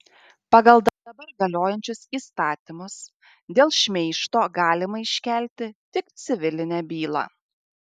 pagal dabar galiojančius įstatymus dėl šmeižto galima iškelti tik civilinę bylą